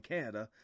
Canada